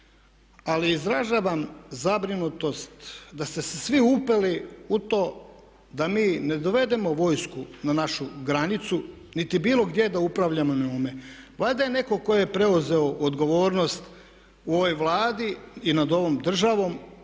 Ali izražavam zabrinutost da ste se svi upeli u to da mi ne dovedemo vojsku na našu granicu niti bilo gdje da upravljamo njome. Valjda je netko tko je preuzeo odgovornost u ovoj Vladi i nad ovom državom